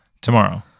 Tomorrow